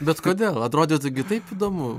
bet kodėl atrodytų gi taip įdomu